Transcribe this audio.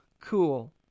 cool